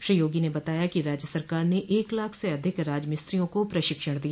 श्री योगी ने बताया कि राज्य सरकार ने एक लाख से अधिक राज मिस्त्रियों को प्रशिक्षण दिया